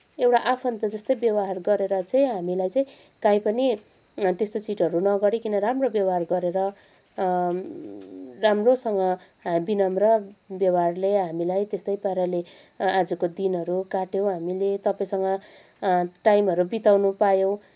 एउटा आफन्त जस्तै व्यवहार गरेर चाहिँ हामीलाई चाहिँ कहीँ पनि त्यस्तो चिटहरू नगरिकन राम्रो व्यवहार गरेर राम्रोसँग विनम्र व्यवहारले हामीलाई त्यस्तै पाराले आजको दिनहरू काट्यौँ हामीले तपाईँसँग टाइमहरू बिताउन पायौँ